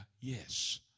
Yes